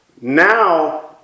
Now